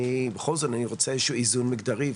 אני רוצה איזה איזון מגדרי,